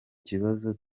kibazo